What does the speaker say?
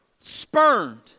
spurned